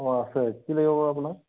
অঁ আছে কি লাগিব বা আপোনাক